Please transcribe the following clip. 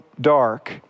dark